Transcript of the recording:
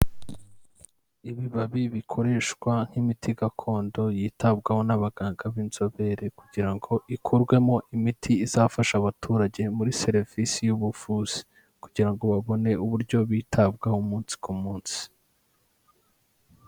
Ibibabi bikoreshwa nk'imiti gakondo yitabwaho n'abaganga b'inzobere kugira ngo ikurwemo imiti izafasha abaturage muri serivisi y'ubuvuzi kugira ngo babone uburyo bitabwaho umunsi ku munsi.